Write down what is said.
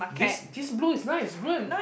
this this blue is nice